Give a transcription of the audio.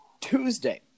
Tuesday